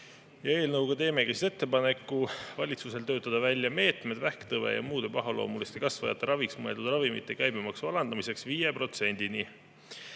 Eelnõuga teeme ettepaneku valitsusel töötada välja meetmed vähktõve ja muude pahaloomuliste kasvajate raviks mõeldud ravimite käibemaksu alandamiseks 5%-ni.